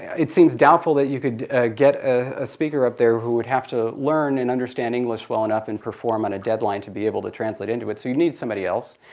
it seems doubtful that you could get a speaker up there who would have to learn and understand english well enough and perform on a deadline to be able to translate into it, so you need somebody else.